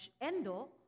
Endo